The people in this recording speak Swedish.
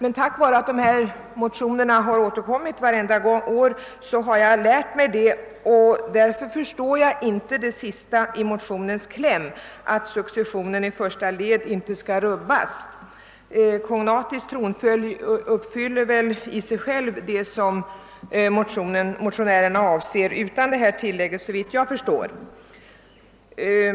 Eftersom dessa motioner har återkommit varje år har jag dock lärt mig betydelsen av dem. Men jag förstår inte det som står i klämmen i motion II: 636, att successionen inte skall rubbas i första led. Såvitt jag förstår uppfyller den kognatiska tronföljden i sig själv och utan detta tillägg vad motionärerna avser.